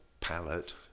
palette